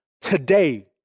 today